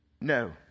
No